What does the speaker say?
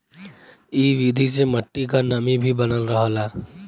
इ विधि से मट्टी क नमी भी बनल रहला